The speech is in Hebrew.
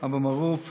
אבו מערוף,